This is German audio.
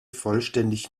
vollständig